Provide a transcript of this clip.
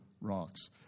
rocks